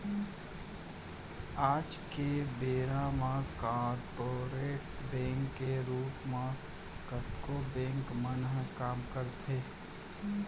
आज के बेरा म कॉरपोरेट बैंक के रूप म कतको बेंक मन ह काम करथे